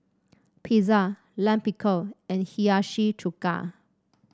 Pizza Lime Pickle and Hiyashi Chuka